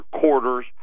quarters